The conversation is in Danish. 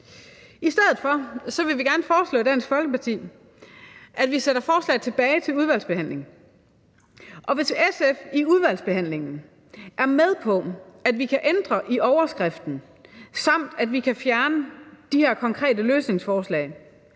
I stedet vil vi i Dansk Folkeparti gerne foreslå, at vi sender forslaget tilbage til udvalgsbehandling. Hvis SF i udvalgsbehandlingen er med på, at vi kan ændre i overskriften, samt at vi kan fjerne de her konkrete løsningsforslag,